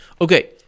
Okay